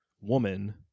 woman